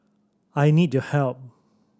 I need your help